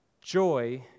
Joy